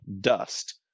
dust